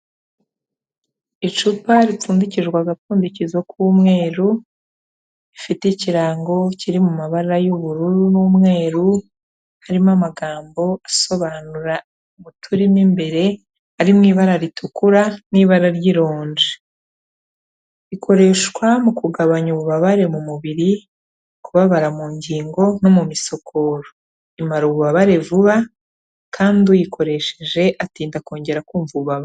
Icupa ripfundikirwa agapfundikizo k'umweru, rifite ikirango kiri mu mabara y'ubururu n'umweru, harimo amagambo asobanura umuti urimo imbere, ari mu ibara ritukura, n'ibara ry'ironji, ikoreshwa mu kugabanya ububabare mu mubiri, kubabara mu ngingo no mu misokoro, imara ububabare vuba, kandi uyikoresheje atinda kongera kumva ububabare.